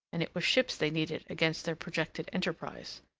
and it was ships they needed against their projected enterprise.